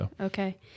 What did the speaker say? Okay